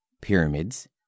pyramids